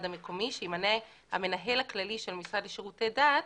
המקומי שימנה המנהל הכללי של המשרד לשירותי דת,